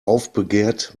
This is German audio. aufbegehrt